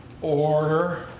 order